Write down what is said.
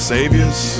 Saviors